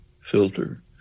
filter